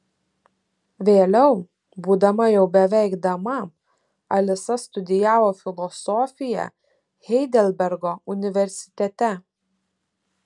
vėliau būdama jau beveik dama alisa studijavo filosofiją heidelbergo universitete